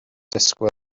disgwyl